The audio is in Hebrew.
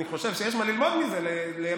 אני חושב שיש מה ללמוד מזה לימינו,